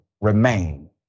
remain